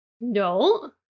No